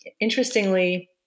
Interestingly